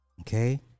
Okay